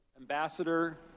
Ambassador